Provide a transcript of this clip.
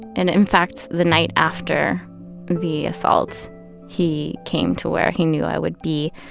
and in fact the night after the assault he came to where he knew i would be.